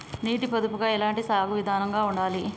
నీటి పొదుపుగా ఎలాంటి సాగు విధంగా ఉండాలి?